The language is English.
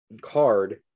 card